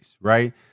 right